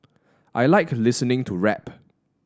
I like listening to rap